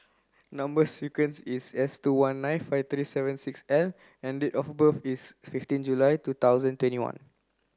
number sequence is S two one nine five three seven six L and date of birth is fifteen July two thousand and twenty one